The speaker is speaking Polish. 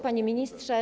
Panie Ministrze!